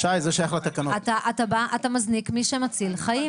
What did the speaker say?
אתה מזניק מי שמציל חיים.